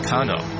Kano